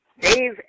Dave